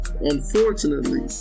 unfortunately